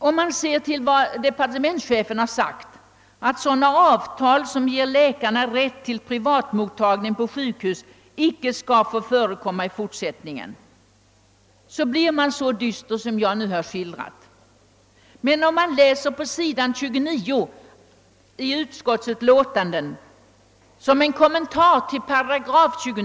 Om man ser på vad departementschefen har sagt, nämligen att sådana avtal som ger läkarna rätt till privatmottagning på sjukhusen inte skall få förekomma i fortsättningen, blir man så dyster till sinnes som jag nyss har skildrat. På s. 29 i utskottets utlåtande har utskottet en annan kommentar till 29 8.